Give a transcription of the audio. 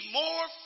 more